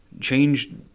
Change